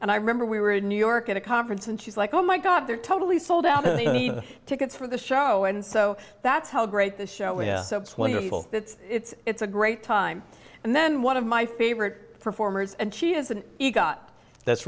and i remember we were in new york at a conference and she's like oh my god they're totally sold out tickets for the show and so that's how great the show when it's a great time and then one of my favorite performers and she is an eeg up that's